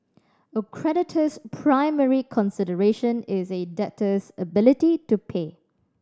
a creditor's primary consideration is a debtor's ability to pay